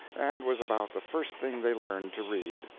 and was about the first thing they learned to read.